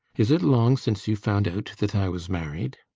is it long since you found out that i was married?